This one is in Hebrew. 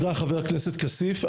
תודה חבר הכנסת כסיף.